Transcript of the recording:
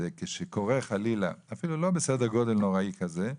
זה כשקורה חלילה, אפילו לא בסדר גודל נוראי כזה,